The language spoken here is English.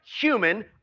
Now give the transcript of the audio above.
human